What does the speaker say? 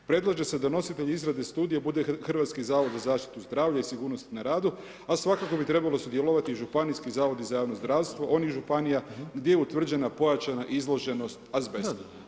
Predlaže se da nositelj izrade studije bude Hrvatski zavod za zaštitu zdravlja i sigurnost na radu, a svakako bi trebalo sudjelovati i županijski zavodi za javno zdravstvo onih županija gdje je utvrđena pojačana izloženost azbestu.